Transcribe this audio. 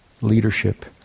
leadership